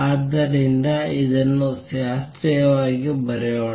ಆದ್ದರಿಂದ ಇದನ್ನು ಶಾಸ್ತ್ರೀಯವಾಗಿ ಬರೆಯೋಣ